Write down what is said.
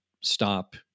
stop